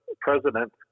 president